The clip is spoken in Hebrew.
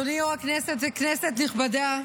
אדוני יושב-ראש הישיבה וכנסת נכבדה,